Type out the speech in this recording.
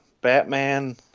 Batman